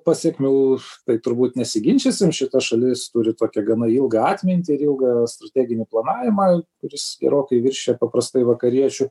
pasekmių tai turbūt nesiginčysim šita šalis turi tokią gana ilgą atmintį ir ilgą strateginį planavimą kuris gerokai viršija paprastai vakariečių